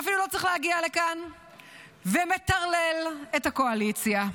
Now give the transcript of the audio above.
שאפילו לא צריך להגיע לכאן ומטרלל את הקואליציה.